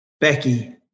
Becky